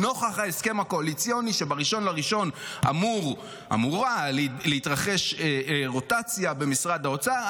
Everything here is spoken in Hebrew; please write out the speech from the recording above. נוכח ההסכם הקואליציוני שבאחד בינואר אמורה להתרחש רוטציה במשרד האוצר,